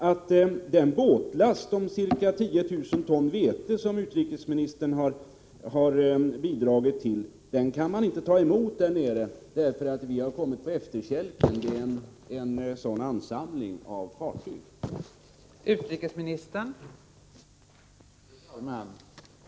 Det framgår att den båtlast med ca 10 000 ton vete som utrikesministern har bidragit till nu inte kan tas emot eftersom vi har kommit på efterkälken. Det har nämligen uppstått en sådan trängsel i hamnarna där nere medan vi i Sverige avvaktat.